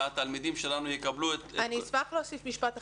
משפט אחד,